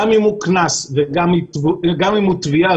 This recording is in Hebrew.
גם אם הוא קנס וגם אם הוא תביעה,